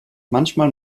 manchmal